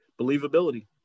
Believability